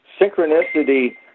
synchronicity